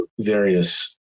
various